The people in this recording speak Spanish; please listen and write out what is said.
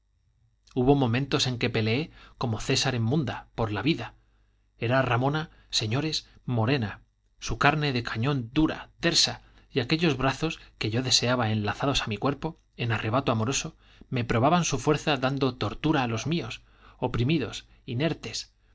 hubo momentos en que peleé como césar en munda por la vida era ramona señores morena su carne de cañón dura tersa y aquellos brazos que yo deseaba enlazados a mi cuerpo en arrebato amoroso me probaban su fuerza dando tortura a los míos oprimidos inertes